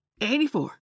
84